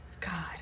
God